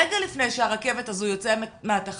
רגע לפני שהרכבת הזאת יוצאת מהתחנה,